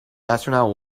astronaut